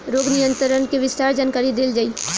रोग नियंत्रण के विस्तार जानकरी देल जाई?